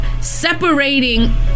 Separating